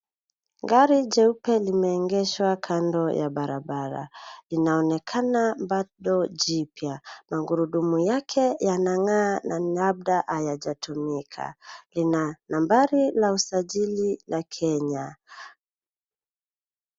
Gari jeupe limeegeshwa kando ya barabara. Inaonekana backdoor jipya. Magurudumu yake yanang'aa na labda hayajatumika. Ina nambari la usajili la Kenya.